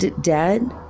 dead